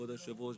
כבוד היושב ראש,